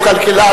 הוא כלכלן,